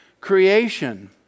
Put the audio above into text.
creation